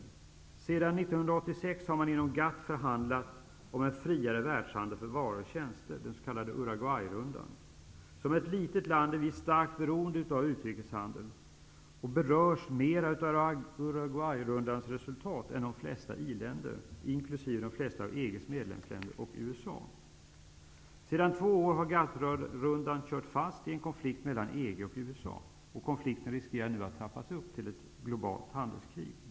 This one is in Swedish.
Sedan 1986 har man inom GATT förhandlat om en friare världshandel för varor och tjänster, den s.k. Uruguayrundan. Som ett litet land är vi starkt beroende av utrikeshandel och berörs mera av Uruguayrundans resultat än de flesta i-länder, inkl. de flesta av EG:s medlemsländer och USA. Sedan två år har GATT-rundan kört fast i en konflikt mellan EG och USA. Konflikten riskerar nu att trappas upp till ett globalt handelskrig.